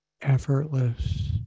effortless